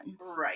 right